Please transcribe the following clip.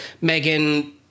Megan